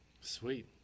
Sweet